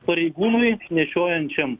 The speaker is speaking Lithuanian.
pareigūnui nešiojančiam